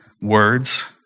words